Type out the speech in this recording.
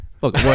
Look